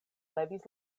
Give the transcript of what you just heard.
levis